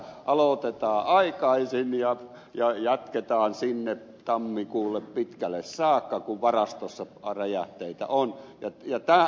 aloitetaan aikaisin ja jatketaan pitkälle tammikuulle saakka kun varastossa räjähteitä on